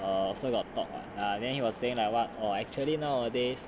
err also got talk lah then he was saying like what oh actually nowadays